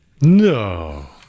No